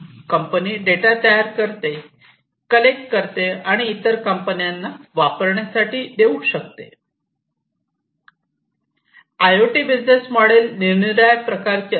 company data तयार करते collect करते आणि इतर कंपन्यांना वापरण्यासाठी देऊ शकते I O T business model निरनिराळ्या प्रकारचे असते